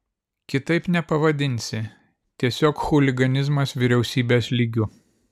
kitaip nepavadinsi tiesiog chuliganizmas vyriausybės lygiu